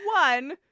one